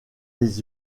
des